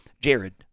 Jared